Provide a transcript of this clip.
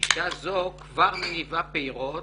גישה זו כבר מניבה פירות,